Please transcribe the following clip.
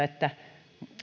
että